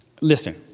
Listen